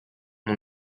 mon